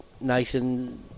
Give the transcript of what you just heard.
Nathan